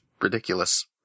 ridiculous